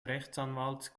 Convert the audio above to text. rechtsanwalts